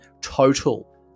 total